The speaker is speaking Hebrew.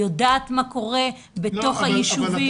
היא יודעת מה קורה בתוך היישובים.